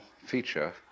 feature